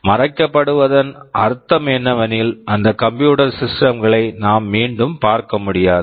மறைக்கப்படுவதன் அர்த்தம் என்னவெனில் அந்த கம்ப்யூட்டர் சிஸ்டம் computer system களை நாம் மீண்டும் பார்க்க முடியாது